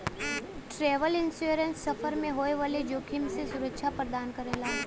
travel insurance सफर में होए वाले जोखिम से सुरक्षा प्रदान करला